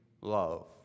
love